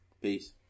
Peace